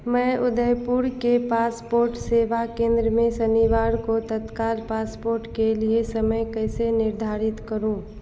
मैं उदयपुर के पासपोर्ट सेवा केन्द्र में शनिवार को तत्काल पासपोर्ट के लिए समय कैसे निर्धारित करूँ